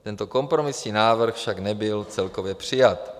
Tento kompromisní návrh však nebyl celkově přijat.